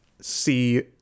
see